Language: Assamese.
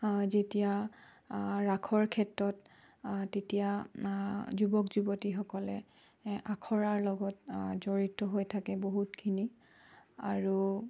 যেতিয়া ৰাসৰ ক্ষেত্ৰত তেতিয়া যুৱক যুৱতীসকলে আখৰাৰ লগত জড়িত হৈ থাকে বহুতখিনি আৰু